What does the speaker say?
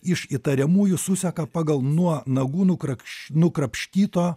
iš įtariamųjų suseka pagal nuo nagų nukrakš nukrapštyto